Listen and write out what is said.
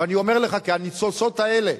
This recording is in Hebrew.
ואני אומר לך כי הניצוצות האלה,